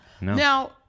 Now